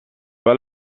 pas